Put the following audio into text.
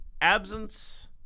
absence